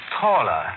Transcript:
taller